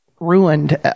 ruined